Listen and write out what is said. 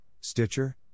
Stitcher